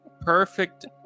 perfect